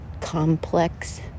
complex